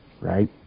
right